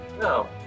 No